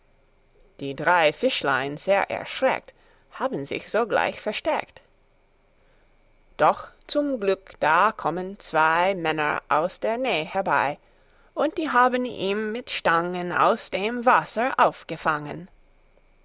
die drei fischlein sehr erschreckt haben sich sogleich versteckt doch zum glück da kommen zwei männer aus der näh herbei und die haben ihn mit stangen aus dem wasser aufgefangen